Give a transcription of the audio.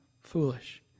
foolish